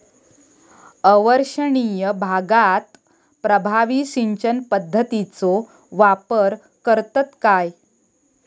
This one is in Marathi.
अवर्षणिय भागात प्रभावी सिंचन पद्धतीचो वापर करतत काय?